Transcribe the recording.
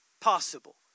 possible